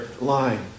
line